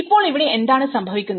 ഇപ്പോൾ ഇവിടെ എന്താണ് സംഭവിക്കുന്നത്